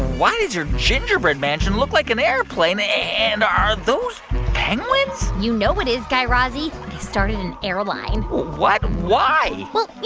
why does your gingerbread mansion look like an airplane? and are those penguins? you know it is, guy razzie. i started an airline what? why? well, you